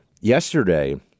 yesterday